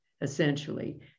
essentially